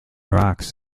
rocks